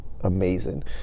amazing